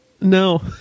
No